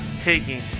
taking